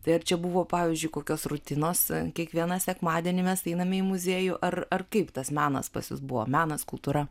tai ar čia buvo pavyzdžiui kokios rutinos kiekvieną sekmadienį mes einame į muziejų ar ar kaip tas menas pas jus buvo menas kultūra